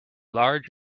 large